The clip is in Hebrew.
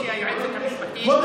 חבר הכנסת עטאונה,